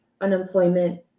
unemployment